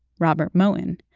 robert moton,